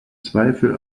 zweifel